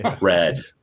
red